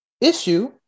issue